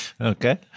Okay